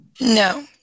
No